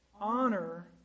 Honor